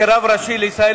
כרב ראשי לישראל,